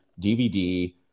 DVD